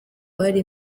bari